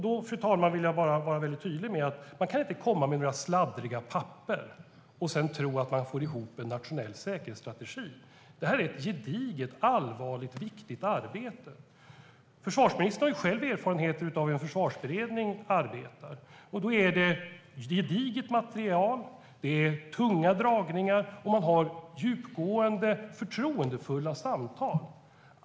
Då, fru talman, vill jag vara tydlig: Man kan inte komma med några sladdriga papper och sedan tro att man får ihop en nationell säkerhetsstrategi. Detta är ett gediget, allvarligt, viktigt arbete. Försvarsministern har själv erfarenhet av hur en försvarsberedning arbetar. Då är det gediget material och tunga dragningar, och man har djupgående, förtroendefulla samtal.